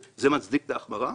האם זה מצדיק את ההחמרה?